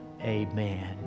amen